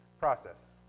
process